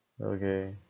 okay